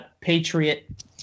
Patriot